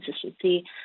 consistency